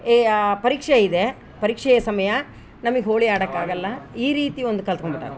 ಏ ಆ ಪರೀಕ್ಷೆ ಇದೆ ಪರೀಕ್ಷೆಯ ಸಮಯ ನಮ್ಗೆ ಹೋಳಿ ಆಡೋಕ್ ಆಗೋಲ್ಲ ಈ ರೀತಿ ಒಂದು ಕಲಿತ್ಕೊಂಬಿಟ್ಟಾರೆ